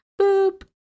boop